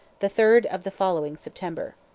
the third of the following september.